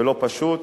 ולא פשוט,